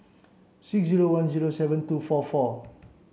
six zero one zero seven two four four